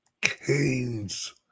Keynes